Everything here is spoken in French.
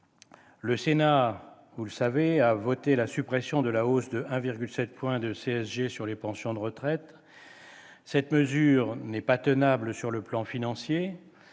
Le Sénat a voté la suppression de la hausse de 1,7 point de la CSG sur les pensions de retraite. Cette mesure n'est pas tenable sur le plan financier